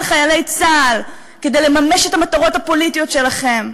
חיילי צה"ל כדי לממש את המטרות הפוליטיות שלכם?